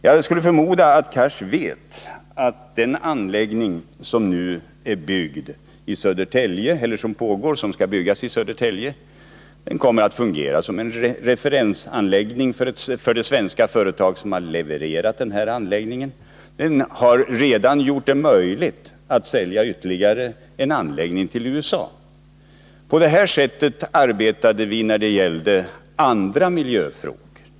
Jag skulle förmoda att Hadar Cars vet att den anläggning som skall byggas i Södertälje kommer att fungera som en referensanläggning för det svenska företag som har levererat den. Den har redan gjort det möjligt att sälja ytterligare en anläggning till USA. På det här sättet arbetade vi också när det gällde andra miljöfrågor.